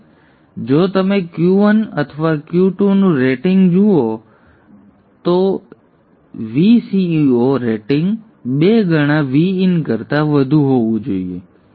હવે જો તમે Q1 અથવા Q2 નું રેટિંગ જુઓ તો જુઓ Q1 અથવા Q2 માટે VCEO રેટિંગ 2 ગણા Vin કરતા વધારે હોવું જોઈએ